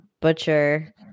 butcher